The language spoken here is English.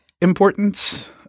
importance